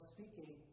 Speaking